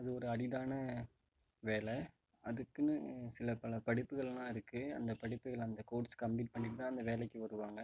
அது ஒரு அரிதான வேலை அதுக்கென்னு சில பல படிப்புகளெலாம் இருக்குது அந்த படிப்புகளை அந்த கோர்ஸ் கம்ப்ளீட் பண்ணிவிட்டு தான் அந்த வேலைக்கு வருவாங்க